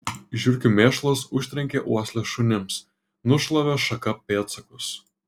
žiurkių mėšlas užtrenkė uoslę šunims nušlavė šaka pėdsakus